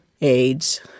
AIDS